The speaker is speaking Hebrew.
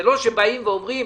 זה לא שבאים ואומרים,